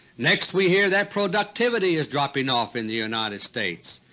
next we hear that productivity is dropping off in the united states.